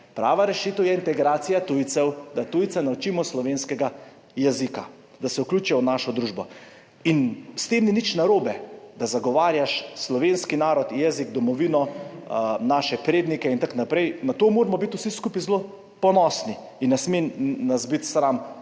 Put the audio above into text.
Prava rešitev je integracija tujcev, da tujce naučimo slovenskega jezika, da se vključijo v našo družbo. S tem ni nič narobe, da zagovarjaš slovenski narod, jezik, domovino, naše prednike in tako naprej. Na to moramo biti vsi skupaj zelo ponosni in nas ne sme biti sram,